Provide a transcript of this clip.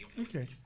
Okay